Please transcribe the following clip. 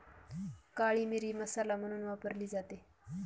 काळी मिरी मसाला म्हणून वापरली जाते